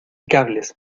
cables